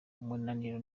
umunaniro